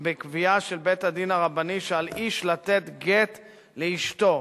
בקביעה של בית-הדין הרבני שעל איש לתת גט לאשתו,